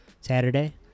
saturday